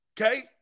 Okay